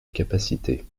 capacité